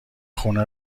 خونه